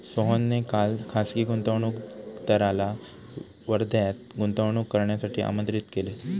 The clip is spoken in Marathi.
सोहनने काल खासगी गुंतवणूकदाराला वर्ध्यात गुंतवणूक करण्यासाठी आमंत्रित केले